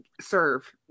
serve